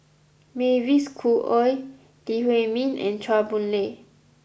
Mavis Khoo Oei Lee Huei Min and Chua Boon Lay